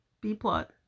B-plot